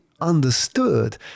understood